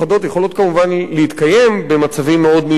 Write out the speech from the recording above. כמובן להתקיים במצבים מאוד מיוחדים,